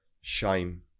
shame